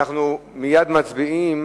אנחנו מייד מצביעים